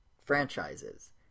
franchises